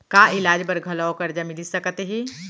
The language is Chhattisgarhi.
का इलाज बर घलव करजा मिलिस सकत हे?